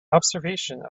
observation